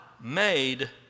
made